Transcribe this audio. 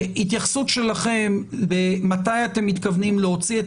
התייחסות שלכם ותאמרו מתי אתם מתכוונים להוציא את